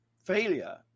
Failure